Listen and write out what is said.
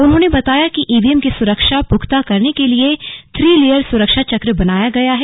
उन्होंने बताया कि ईवीएम की सुरक्षा पुख्ता करने के लिये र्थी लेयर सुरक्षा चक्र बनाया गया है